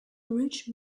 rich